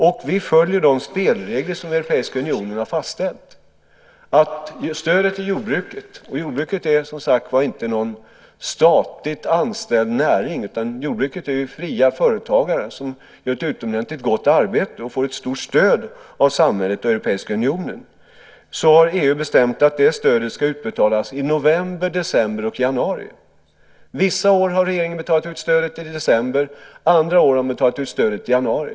Dessutom följer vi de spelregler som Europeiska unionen fastställt. Att stödet till jordbruket ska utbetalas i november, december och januari har EU bestämt. Och jordbruket är inte, som sagt var, någon statligt anställd näring utan det handlar om fria företagare som gör ett utomordentligt gott arbete och också får ett stort stöd av samhället och Europeiska unionen. Vissa år har regeringen betalat ut stödet i december. Andra år har stödet betalats ut i januari.